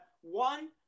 one